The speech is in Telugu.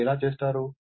దీన్ని ఎలా చేస్తారు